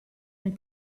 and